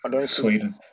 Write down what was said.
Sweden